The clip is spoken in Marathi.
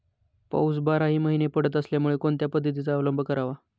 पाऊस बाराही महिने पडत असल्यामुळे कोणत्या पद्धतीचा अवलंब करावा?